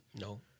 No